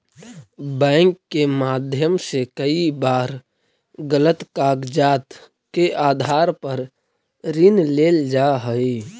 bank के माध्यम से कई बार गलत कागजात के आधार पर ऋण लेल जा हइ